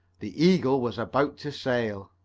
the eagle was about to sail.